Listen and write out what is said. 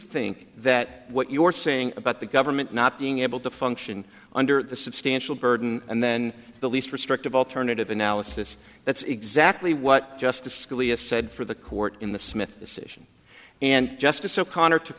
think that what you're saying about the government not being able to function under the substantial burden and then the least restrictive alternative analysis that's exactly what justice scalia said for the court in the smith decision and justice o'connor took